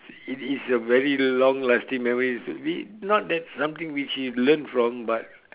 it it is a very long lasting memory so we not that something which you learn from but